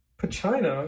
Pachina